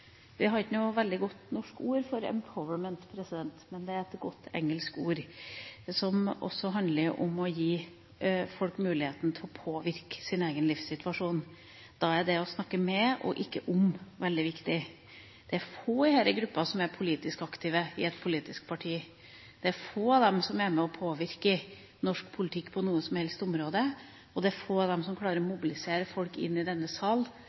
Vi har ikke noe veldig godt norsk ord for «empowerment», men det er et godt engelsk ord, som også handler om å gi folk muligheten til å påvirke sin egen livssituasjon. Da er det å snakke med – og ikke om – veldig viktig. Det er få i denne gruppa som er politisk aktive i et politisk parti, det er få av dem som er med og påvirker norsk politikk på noe som helst område, og det er få av dem som klarer å mobilisere folk i denne sal